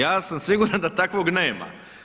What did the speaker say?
Ja sam siguran da takvog nema.